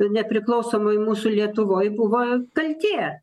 nepriklausomai mūsų lietuvoj buvo kaltė